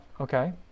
Okay